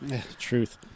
Truth